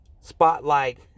Spotlight